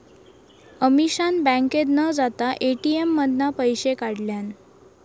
अमीषान बँकेत न जाता ए.टी.एम मधना पैशे काढल्यान